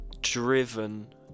driven